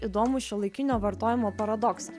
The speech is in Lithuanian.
įdomų šiuolaikinio vartojimo paradoksą